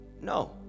no